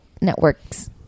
networks